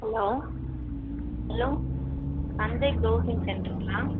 hello hello Sanjay browsing செண்ட்ருங்களா